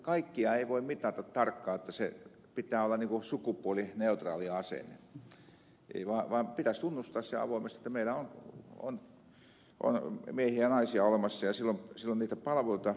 kaikkea ei voi mitata tarkkaan että pitää olla sukupuolineutraali asenne vaan pitäisi tunnustaa se avoimesti että meillä on miehiä ja naisia olemassa ja silloin niitä palveluita tarjotaan näille